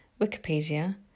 Wikipedia